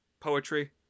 Poetry